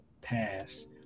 pass